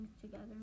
together